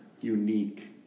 unique